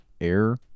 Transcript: air